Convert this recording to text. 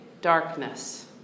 darkness